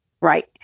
Right